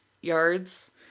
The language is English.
yards